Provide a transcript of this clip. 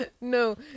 no